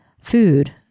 food